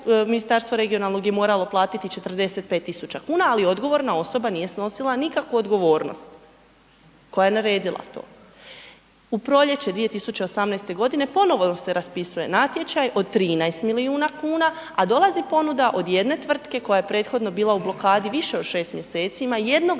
regionalnog je moralo platiti 45.000 kuna, ali odgovorna osoba nije snosila nikakvu odgovornost koja je naredila to. U proljeće 2018. godine ponovo se raspisuje natječaj od 13 milijuna kuna, a dolazi ponuda od jedne tvrtke koja je prethodno bila u blokadi više od 6 mjeseci, ima jednog